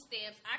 stamps